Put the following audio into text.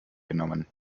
genommen